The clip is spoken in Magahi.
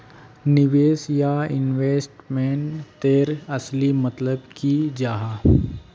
निवेश या इन्वेस्टमेंट तेर असली मतलब की जाहा?